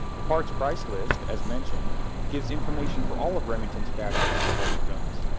the parts price list as mentioned gives information for all of remington's factory-supported guns.